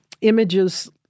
Images